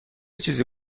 چیزی